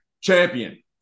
champion